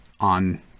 on